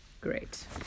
Great